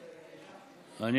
חברים.